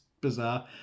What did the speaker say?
Bizarre